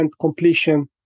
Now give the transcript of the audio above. completion